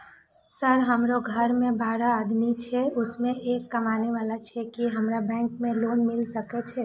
Sir हमरो घर में बारह आदमी छे उसमें एक कमाने वाला छे की हमरा बैंक से लोन मिल सके छे?